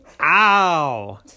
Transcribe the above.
Ow